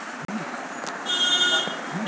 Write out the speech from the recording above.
हुंडी मौर्य काल में बहुत प्रचलित थी